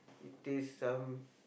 it taste some